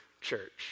church